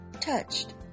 touched